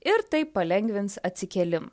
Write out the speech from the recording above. ir tai palengvins atsikėlimą